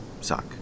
suck